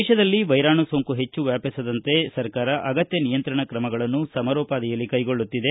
ದೇಶದಲ್ಲಿ ವೈರಾಣು ಸೋಂಕು ಹೆಚ್ಚು ವ್ಯಾಪಿಸದಂತೆ ಸರ್ಕಾರ ಅಗತ್ಯ ನಿಯಂತ್ರಣ ತ್ರಮಗಳನ್ನು ಸಮಾರೋಪಾದಿಯಲ್ಲಿ ಕೈಗೊಳ್ಳುತ್ತಿದೆ